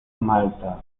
malta